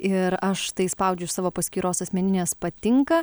ir aš tai spaudžiu iš savo paskyros asmeninės patinka